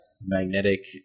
Magnetic